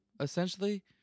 essentially